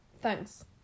Thanks